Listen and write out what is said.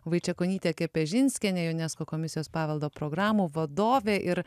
vaičekonytė kepežinskienė unesco komisijos paveldo programų vadovė ir